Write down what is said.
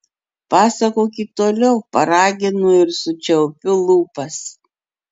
pasakokit toliau paraginu ir sučiaupiu lūpas